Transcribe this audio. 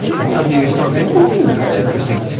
and suddenly you start going, oh, that's interesting.